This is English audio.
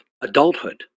adulthood